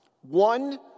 One